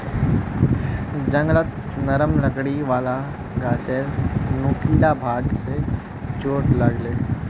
जंगलत नरम लकड़ी वाला गाछेर नुकीला भाग स चोट लाग ले